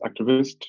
activist